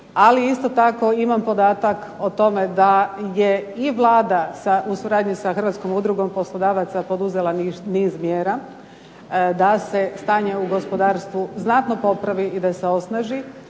ali isto tako imam podatak o tome da je i Vlada u suradnji sa Hrvatskom udrugom poslodavaca poduzela niz mjera da se stanje u gospodarstvu znatno popravi i da se osnaži.